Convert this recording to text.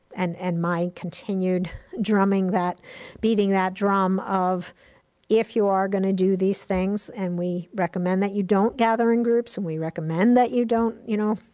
and and my continued drumming, beating that drum of if you are going to do these things, and we recommend that you don't gather in groups and we recommend that you don't, you know,